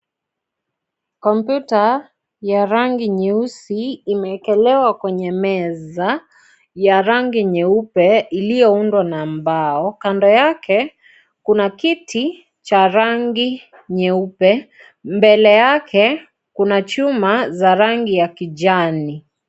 Kompyuta ya rangi nyeusi imeekelewa kwenye meza ya rangi nyeupe iliyoundwa na mbao. Kando yake kuna kiti cha rangi nyeupe. Mbele yake kuna chuma za rangi ya kijani.